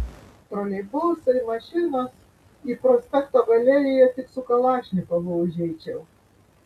troleibusai mašinos į prospekto galeriją tik su kalašnikovu užeičiau